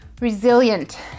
resilient